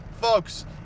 Folks